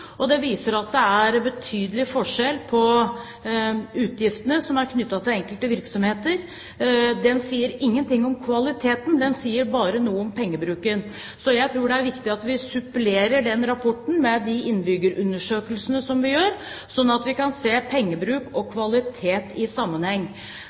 og de viser at det er betydelig forskjell i utgiftene som er knyttet til enkelte virksomheter. Rapporten sier ingenting om kvaliteten, den sier bare noe om pengebruken. Så jeg tror det er viktig at vi supplerer den rapporten med de innbyggerundersøkelsene vi gjør, slik at vi kan se pengebruk og